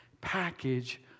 package